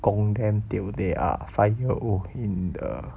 gong them till they are five year old in the